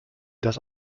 das